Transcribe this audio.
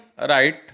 right